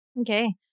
Okay